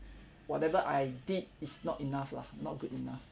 whatever I did is not enough lah not good enough